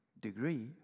degree